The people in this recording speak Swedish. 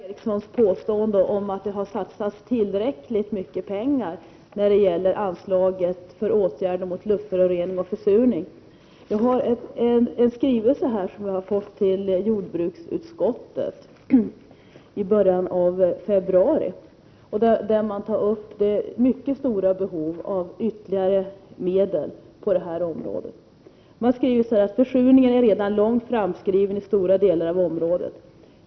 Fru talman! Jag vill först kommentera Ingvar Erikssons påstående att det har satsats tillräckligt mycket pengar när det gäller anslaget för åtgärder mot luftförorening och försurning. Här har jag en skrivelse, som vi fick till jordbruksutskottet i början av februari, där man tar upp det mycket stora Prot. 1988/89:95 behovet av ytterligare medel på det här området. Man skriver: 12 april 1989 ”Försurningen är redan långt framskriden i stora delar av området.